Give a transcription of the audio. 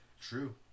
True